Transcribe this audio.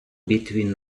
between